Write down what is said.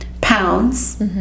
pounds